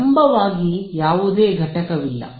ಲಂಬವಾಗಿ ಯಾವುದೇ ಘಟಕವಿಲ್ಲ